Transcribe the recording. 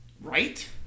Right